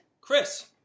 Chris